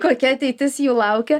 kokia ateitis jų laukia